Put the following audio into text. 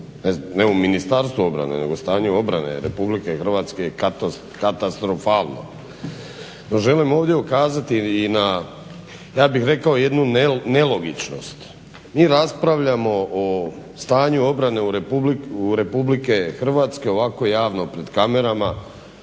ne u Ministarstvu obrane nego stanje obrane Republike Hrvatske je katastrofalno. No, želim ovdje ukazati i na ja bih rekao jednu nelogičnost. Mi raspravljamo o stanju obrane Republike Hrvatske ovako javno pred kamerama.